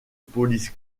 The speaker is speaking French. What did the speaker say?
police